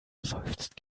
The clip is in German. seufzt